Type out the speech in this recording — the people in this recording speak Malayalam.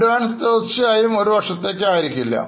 അഡ്വാൻസ് തീർച്ചയായും ഒരു വർഷത്തേക്ക് ആയിരിക്കില്ല